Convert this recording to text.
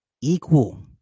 equal